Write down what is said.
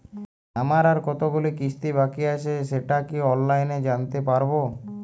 আমার আর কতগুলি কিস্তি বাকী আছে সেটা কি অনলাইনে জানতে পারব?